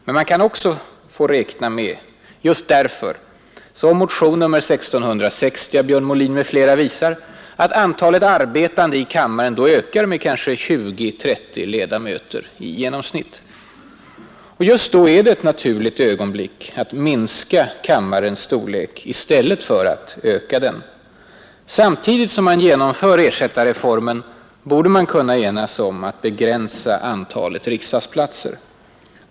Men man kan därför också få räkna med, som motionen 1660 av herr Molin m.fl. visar, att antalet arbetande i kammaren då ökar med kanske 20-30 ledamöter i genomsnitt. Just då är det ett naturligt ögonblick att minska kammarens storlek i stället för att öka den. Samtidigt som man genomför ersättarreformen borde man kunna enas om att begränsa antalet riksdagsplatser.